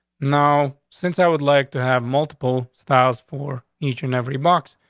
now, since i would like to have multiple styles for each and every box,